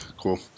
Cool